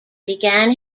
began